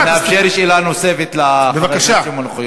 ונאפשר שאלה נוספת לחבר הכנסת שמעון אוחיון.